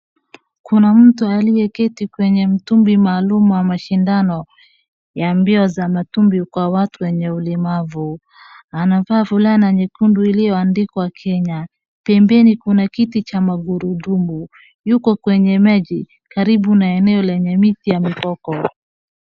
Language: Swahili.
Kuna mtu aliyeketi kwenye mtumbi maalum wa mashindano ya mbio za matumbi kwa watu wenye ulemavu, anavaa fulana nyekundu iliyoandikwa Kenya. Pembeni kuna kiti cha magurudumu, yuko kwenye maji karibu na eneo lenye miti ya viboko.